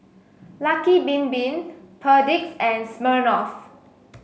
Lucky Bin Bin Perdix and Smirnoff